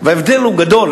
וההבדל הוא גדול.